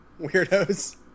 weirdos